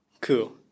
cool